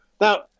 Now